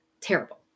terrible